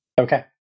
Okay